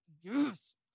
yes